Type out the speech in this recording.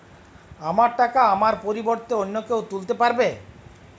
আমার টাকা আমার পরিবর্তে অন্য কেউ তুলতে পারবে?